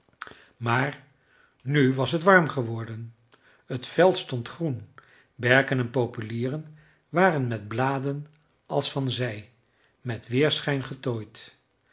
maar nu was het warm geworden het veld stond groen berken en populieren waren met bladen als van zij met weerschijn getooid